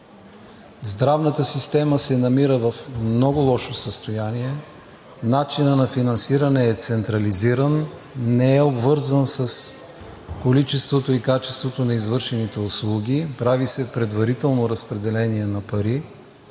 Здравната система се намира в много лошо състояние. Начинът на финансиране е централизиран, не е обвързан с количеството и качеството на извършените услуги, прави се предварително разпределение на пари,